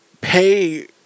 pay